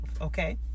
okay